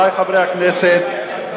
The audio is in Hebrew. לפי התקנון.